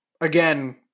Again